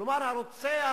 כלומר, הרוצח